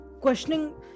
questioning